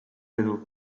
elu